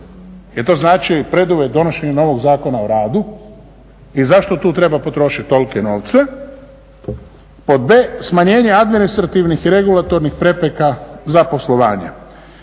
Jel to znači preduvjet donošenju novog Zakona o radu i zašto tu treba potrošit tolike novce? Pod B, smanjenje administrativnih i regulatornih prepreka za poslovanje.